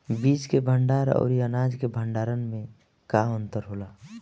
बीज के भंडार औरी अनाज के भंडारन में का अंतर होला?